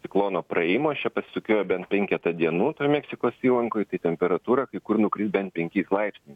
ciklono praėjimo jis čia pasisukiojo bent penketa dienų meksikos įlankoj tai temperatūra kai kur nukris bent penkiais laipsniais